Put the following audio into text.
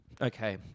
Okay